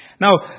Now